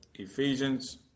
Ephesians